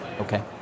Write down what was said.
Okay